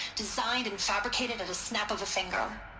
designed and fabricated at the snap of a finger.